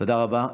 תודה רבה.